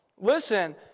Listen